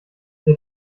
der